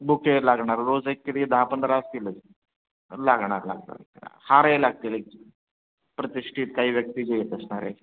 बुकेही लागणार रोज एक किती दहा पंधरा असतीलच लागणार लागणार हारही लागतील एक प्रतिष्ठित काही व्यक्ती जे येत असणार आहेत